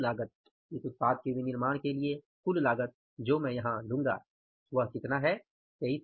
कुल लागत इस उत्पाद के विनिर्माण के लिए कुल लागत जो मैं यहाँ लूँगा वह कितना है 23000